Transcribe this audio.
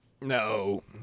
No